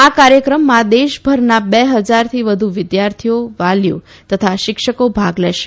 આ કાર્યક્રમમાં દેશભરના બે હજારથી વધુ વિદ્યાર્થીઓ વાલીઓ તથા શિક્ષકો ભાગ લેશે